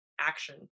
action